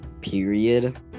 period